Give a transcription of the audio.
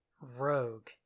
rogue